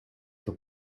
for